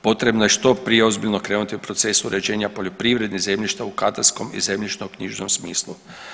Potrebno je što prije ozbiljno krenuti u proces uređenja poljoprivrednih zemljišta u katarskom i zemljišnoknjižnom smislu.